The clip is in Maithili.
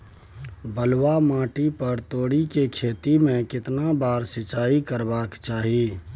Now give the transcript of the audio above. बलुआ माटी पर तोरी के खेती में केतना बार सिंचाई करबा के चाही?